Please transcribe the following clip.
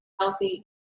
healthy